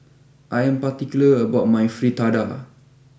I am particular about my Fritada